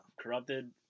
Corrupted